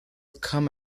come